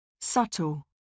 Subtle